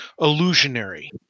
illusionary